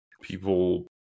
people